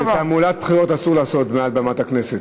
אסור לעשות תעמולת בחירות מעל במת הכנסת.